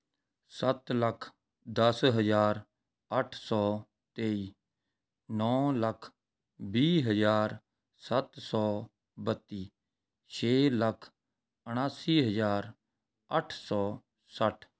ਸੱਤ ਲੱਖ ਦਸ ਹਜ਼ਾਰ ਅੱਠ ਸੌ ਤੇਈ ਨੌਂ ਲੱਖ ਵੀਹ ਹਜ਼ਾਰ ਸੱਤ ਸੌ ਬੱਤੀ ਛੇ ਲੱਖ ਉਨਾਸੀ ਹਜ਼ਾਰ ਅੱਠ ਸੌ ਸੱਠ